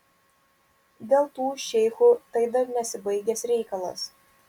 dėl tų šeichų tai dar nesibaigęs reikalas